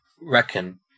reckon